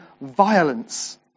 violence